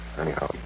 Anyhow